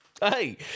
hey